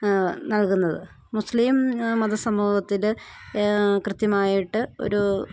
നൽകുന്നത് മുസ്ലിം മതസമൂഹത്തില് കൃത്യമായിട്ടൊരു